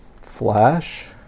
flash